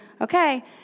Okay